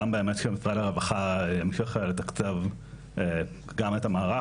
גם משרד הרווחה והביטחון החברתי ימשיך לתקצב גם את המערך,